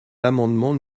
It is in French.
l’amendement